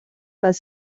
pas